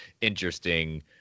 interesting